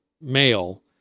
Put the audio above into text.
male